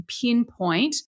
pinpoint